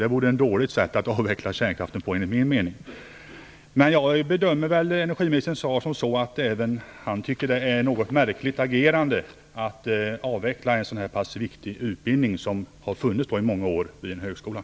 Det vore ett dåligt sätt att avveckla kärnkraften på, enligt min mening. Jag bedömer energiministerns svar som att även han tycker att det är ett något märkligt agerande att avveckla en sådan här viktig utbildning som har funnits under många år vid högskolan.